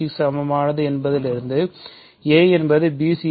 க்கு சமமானது என்பதிலிருந்த்து a என்பதுbc